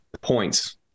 points